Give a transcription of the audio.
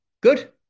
Good